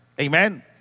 Amen